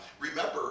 Remember